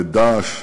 ו"דאעש"